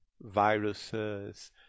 viruses